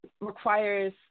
requires